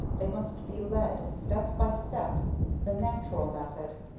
they must be led, step by step the natural method.